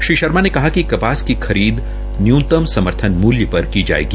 श्री शर्मा ने कहा कि कपास की खरीद न्यूनतम समर्थन मूल्रू पर ही जायेगी